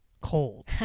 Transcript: cold